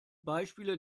beispiele